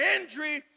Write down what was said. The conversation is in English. injury